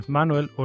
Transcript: Manuel